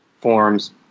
forms